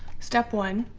step one